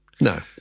no